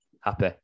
happy